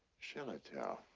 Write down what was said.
shillitoe!